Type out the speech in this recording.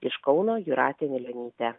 iš kauno jūratė anilionytė